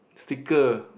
sticker